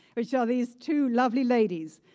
which are these two lovely ladies,